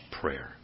prayer